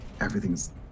Everything's